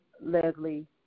Leslie